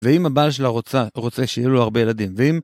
ואם הבעל שלה רוצה, רוצה שיהיו לו הרבה ילדים. ואם...